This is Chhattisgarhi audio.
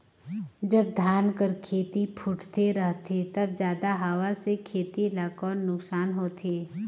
जब धान कर खेती फुटथे रहथे तब जादा हवा से खेती ला कौन नुकसान होथे?